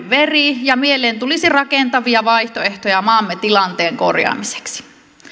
veri ja mieleen tulisi rakentavia vaihtoehtoja maamme tilanteen korjaamiseksi